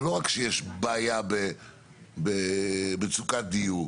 זה לא רק שיש בעיה במצוקת דיור,